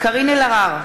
קארין אלהרר,